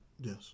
Yes